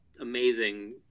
amazing